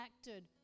acted